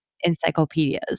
encyclopedias